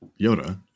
Yoda